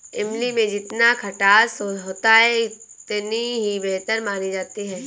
इमली में जितना खटास होता है इतनी ही बेहतर मानी जाती है